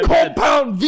Compound